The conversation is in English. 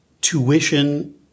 tuition